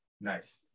Nice